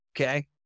okay